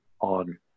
on